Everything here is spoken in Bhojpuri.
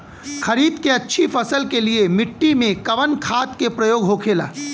खरीद के अच्छी फसल के लिए मिट्टी में कवन खाद के प्रयोग होखेला?